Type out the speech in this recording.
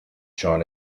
trying